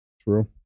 True